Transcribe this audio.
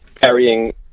carrying